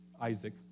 Isaac